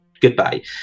goodbye